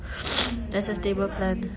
that's a stable plan